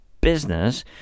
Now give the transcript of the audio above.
business